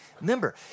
Remember